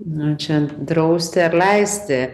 na čia drausti ar leisti